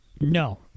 No